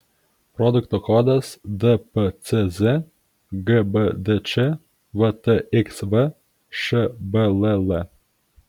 produkto kodas dpcz gbdč vtxv šbll